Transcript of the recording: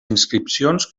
inscripcions